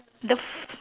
the f~